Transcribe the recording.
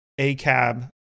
ACAB